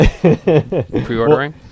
pre-ordering